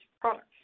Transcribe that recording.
products